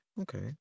okay